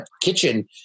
kitchen